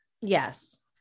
Yes